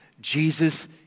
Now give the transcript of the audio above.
Jesus